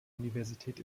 universität